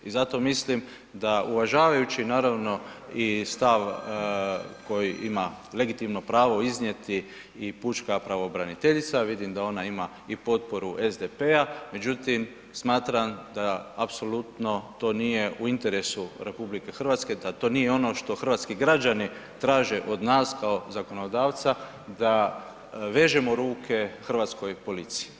I zato mislim, da uvažavajući naravno i stav koji ima legitimno pravo iznijeti i Pučka pravobraniteljica, vidim da ona ima i potporu SDP-a međutim, smatram da apsolutno to nije u interesu RH da to nije ono što hrvatski građani traže od nas kao zakonodavca da vežemo ruke hrvatskoj policiji.